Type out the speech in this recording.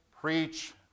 preach